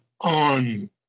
on